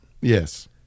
Yes